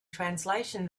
translation